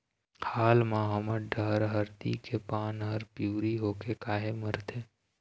हाल मा हमर डहर हरदी के पान हर पिवरी होके काहे मरथे?